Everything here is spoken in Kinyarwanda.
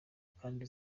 kandi